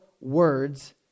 words